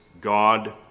God